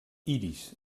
iris